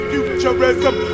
Futurism